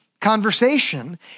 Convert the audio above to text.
conversation